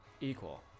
Equal